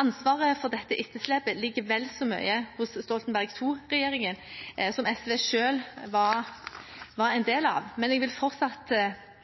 Ansvaret for dette etterslepet ligger vel så mye hos Stoltenberg II-regjeringen, som SV selv var en del av, men jeg er fortsatt